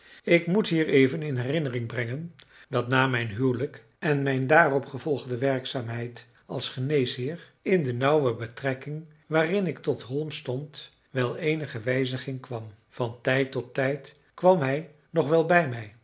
ik moet hier even in herinnering brengen dat na mijn huwelijk en mijn daarop gevolgde werkzaamheid als geneesheer in de nauwe betrekking waarin ik tot holmes stond wel eenige wijziging kwam van tijd tot tijd kwam hij nog wel bij mij